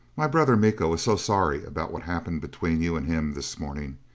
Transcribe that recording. my brother miko is so sorry about what happened between you and him this morning.